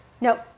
Nope